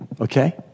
okay